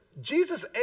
Jesus